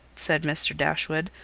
said mr dashwood,